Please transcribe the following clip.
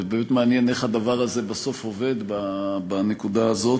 ובאמת מעניין איך הדבר הזה עובד בנקודה הזאת.